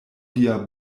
via